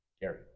Gary